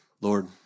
Lord